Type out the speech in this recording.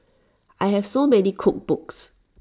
I have so many cookbooks